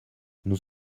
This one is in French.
nous